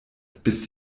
bis